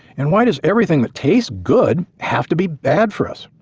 and why does everything that tastes good have to be bad for us?